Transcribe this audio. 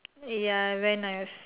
ya when I was